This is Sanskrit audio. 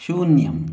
शून्यम्